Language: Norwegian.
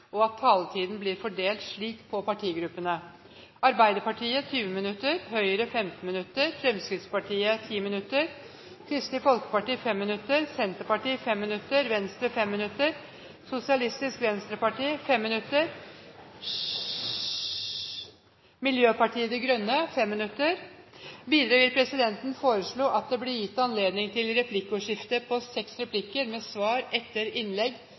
og at taletiden blir fordelt slik på partigruppene: Arbeiderpartiet 20 minutter, Høyre 15 minutter, Fremskrittspartiet 10 minutter, Kristelig Folkeparti 5 minutter, Senterpartiet 5 minutter, Venstre 5 minutter, Sosialistisk Venstreparti 5 minutter og Miljøpartiet De Grønne 5 minutter. Videre vil presidenten foreslå at det blir gitt anledning til replikkordskifte på seks replikker med svar etter innlegg